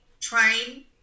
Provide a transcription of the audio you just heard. train